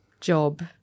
job